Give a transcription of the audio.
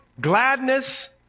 gladness